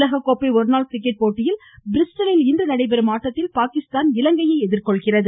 உலககோப்பை ஒருநாள் கிரிக்கெட் போட்டியில் பிரிஸ்டலில் இன்று நடைபெறும் ஆட்டத்தில் பாகிஸ்தான் இலங்கையை எதிர்கொள்கிறது